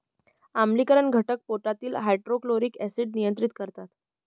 आम्लीकरण घटक पोटातील हायड्रोक्लोरिक ऍसिड नियंत्रित करतात